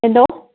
എന്തോ